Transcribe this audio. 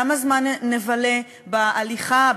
כמה זמן נבלה בהליכה,